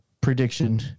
prediction